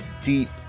deep